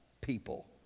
people